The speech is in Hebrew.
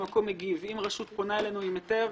אם רשות פונה אלינו עם היתר,